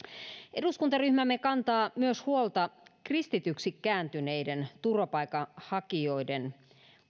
eduskuntaryhmämme kantaa huolta myös kristityksi kääntyneiden turvapaikanhakijoiden